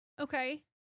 Okay